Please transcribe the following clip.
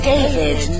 David